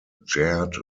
jared